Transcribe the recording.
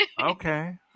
Okay